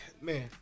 Man